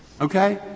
Okay